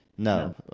No